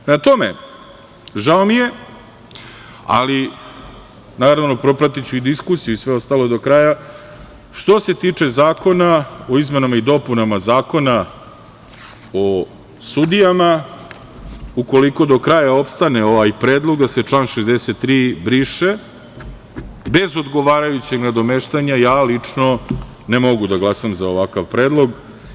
Prema tome, žao mi je, naravno propratiću i diskusiju i sve ostalo do kraja, ali što se tiče zakona o izmenama i dopunama Zakona o sudijama, ukoliko do kraja opstane ovaj predlog da se član 63. briše, bez odgovarajućeg nadomeštanja, ja lično ne mogu da glasam za ovakav predlog.